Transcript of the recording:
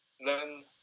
learn